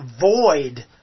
void